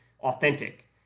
authentic